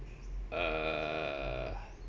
err